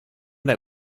that